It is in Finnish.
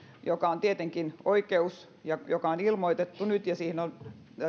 joka on tietenkin oikeus ja joka on ilmoitettu nyt ja johon työtaistelutoimeen on